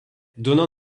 donnant